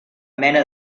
mena